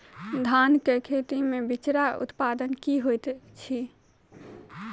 धान केँ खेती मे बिचरा उत्पादन की होइत छी?